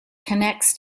connects